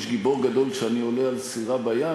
גיבור גדול כשאני עולה על סירה בים,